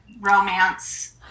romance